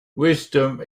wisdom